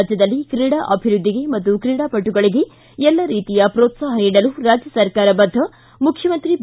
ರಾಜ್ಯದಲ್ಲಿ ಕ್ರೀಡಾ ಅಭಿವೃದ್ಧಿಗೆ ಮತ್ತು ಕ್ರೀಡಾಪಟುಗಳಿಗೆ ಎಲ್ಲ ರೀತಿಯ ಪ್ರೋತ್ತಾಪ ನೀಡಲು ರಾಜ್ಯ ಸರ್ಕಾರ ಬದ್ದ ಮುಖ್ಚಮಂತ್ರಿ ಬಿ